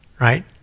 right